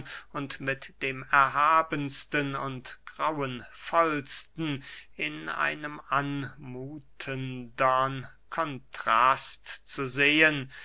und mit dem erhabensten und grauenvollsten in einen anmuthendern kontrast zu setzen